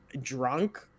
drunk